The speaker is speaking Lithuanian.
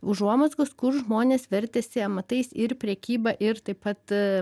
užuomazgos kur žmonės vertėsi amatais ir prekyba ir taip pat